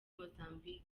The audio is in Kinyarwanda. mozambique